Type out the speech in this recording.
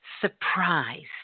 surprised